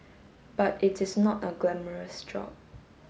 but it is not a glamorous job